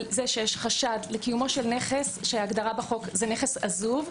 זה שיש חשד שההגדרה בחוק זה נכס עזוב,